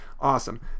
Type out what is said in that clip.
Awesome